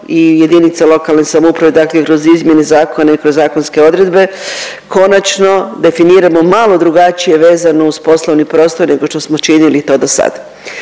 i jedinice lokalne samouprave dakle kroz izmjene zakona i kroz zakonske odredbe konačno definiramo malo drugačije vezano uz poslovni prostor nego što smo činili to dosad.